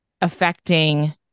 affecting